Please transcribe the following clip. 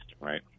right